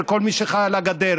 וכל מי שחי הגדר,